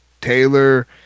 Taylor